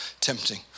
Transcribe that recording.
tempting